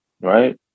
right